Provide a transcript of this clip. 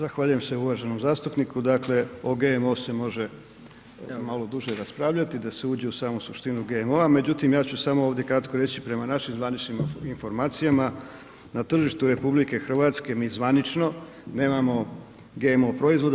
Zahvaljujem se uvaženom zastupniku, dakle o GMO se može malo duže raspravljati da se uđe u samu suštinu GMO-a, međutim ja ću samo ovdje kratko reći prema našim zvaničnim informacijama na tržištu RH mi zvanično nemamo GMO proizvoda.